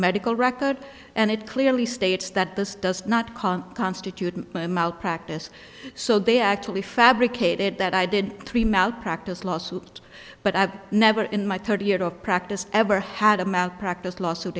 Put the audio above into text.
medical records and it clearly states that this does not constitute in my mouth practice so they actually fabricated that i did three malpractise lawsuit but i've never in my thirty years of practice ever had a malpractise lawsuit